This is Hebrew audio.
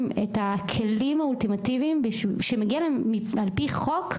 את הכלים האולטימטיביים שמגיעים להם על-פי חוק,